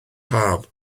haf